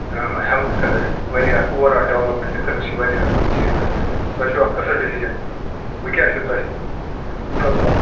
آ ہٮ۪لتھٕ خٲطرٕ واریاہ اَکھ اووَر آل ڈیٚولپمٮ۪نٛٹ خٲطرٕ چھِ یہِ واریاہ اَصٕل چیٖز اکھ تۄہہِ چھُو اکھ اَصٕل ڈیٚسِجَن وۅنۍ کیٛاہ چھُو تۄہہِ فردَر